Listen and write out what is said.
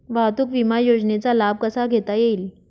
वाहतूक विमा योजनेचा लाभ कसा घेता येईल?